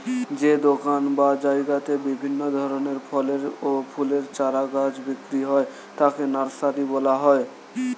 যে দোকান বা জায়গাতে বিভিন্ন ধরনের ফলের ও ফুলের চারা গাছ বিক্রি হয় তাকে নার্সারি বলা হয়